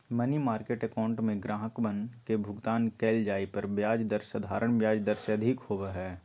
money market account में ग्राहकवन के भुगतान कइल जाये पर ब्याज दर साधारण ब्याज दर से अधिक होबा हई